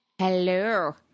Hello